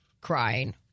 crying